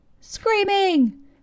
Screaming